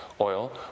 oil